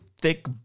thick